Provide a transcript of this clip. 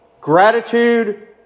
Gratitude